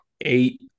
eight